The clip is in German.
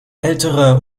ältere